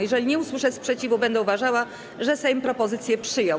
Jeżeli nie usłyszę sprzeciwu, będę uważała, że Sejm propozycję przyjął.